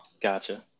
gotcha